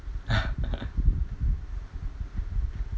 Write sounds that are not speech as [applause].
[laughs]